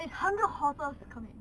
it's hundred horses come eh